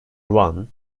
one